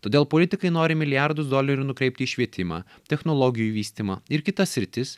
todėl politikai nori milijardus dolerių nukreipti į švietimą technologijų vystymą ir kitas sritis